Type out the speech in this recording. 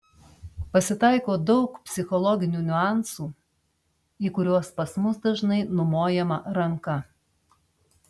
pasitaiko daug psichologinių niuansų į kuriuos pas mus dažnai numojama ranka